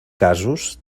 casos